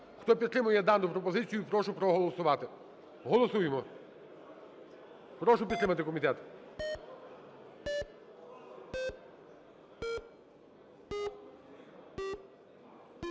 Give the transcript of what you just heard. Хто підтримує дану пропозицію, прошу проголосувати. Голосуємо. Прошу підтримати комітет.